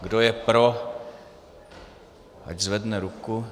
Kdo je pro, ať zvedne ruku.